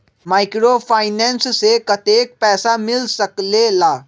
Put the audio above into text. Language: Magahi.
माइक्रोफाइनेंस से कतेक पैसा मिल सकले ला?